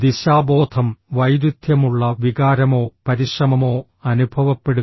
ദിശാബോധം വൈരുദ്ധ്യമുള്ള വികാരമോ പരിശ്രമമോ അനുഭവപ്പെടുക